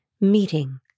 meeting